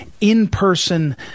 in-person